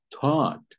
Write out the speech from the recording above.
taught